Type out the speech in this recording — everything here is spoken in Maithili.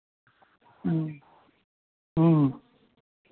ह्म्म ह्म्म